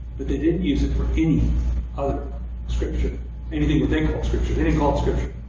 but they didn't use it for any other scripture anything that they call scripture. they didn't call it scripture.